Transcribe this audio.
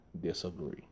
disagree